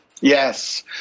Yes